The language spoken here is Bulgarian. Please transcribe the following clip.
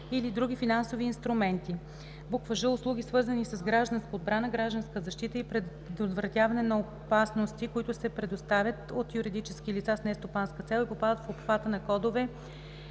или други финансови инструменти; ж) услуги, свързани с гражданска отбрана, гражданска защита и предотвратяване на опасности, които се предоставят от юридически лица с нестопанска цел и попадат в обхвата на кодове